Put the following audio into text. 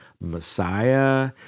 messiah